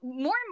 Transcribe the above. more